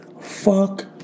Fuck